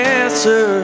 answer